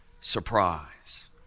surprise